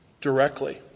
directly